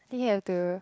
he have the